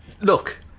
look